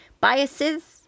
biases